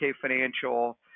Financial